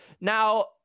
Now